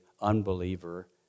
unbeliever